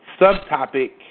Subtopic